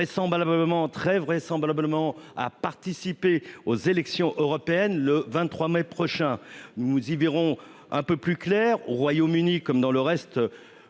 très vraisemblablement à participer aux élections européennes le 23 mai prochain. Nous y verrons un peu plus clair, au Royaume-Uni comme dans le reste